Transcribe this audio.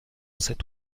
cet